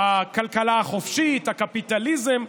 "הכלכלה החופשית", "הקפיטליזם".